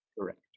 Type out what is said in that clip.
Correct